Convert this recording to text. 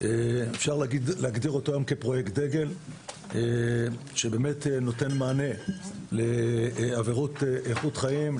אפשר להגדיר אותו היום כפרויקט דגל שבאמת נותן מענה לעבירות איכות חיים,